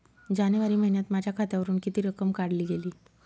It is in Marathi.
जानेवारी महिन्यात माझ्या खात्यावरुन किती रक्कम काढली गेली?